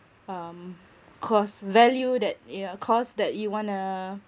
um cost value that yeah cost that you wanna